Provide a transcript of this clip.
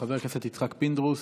חבר הכנסת יצחק פינדרוס,